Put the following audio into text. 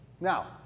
Now